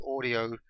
audio